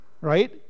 Right